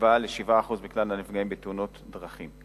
בהשוואה ל-7% מכלל הנפגעים בתאונות דרכים.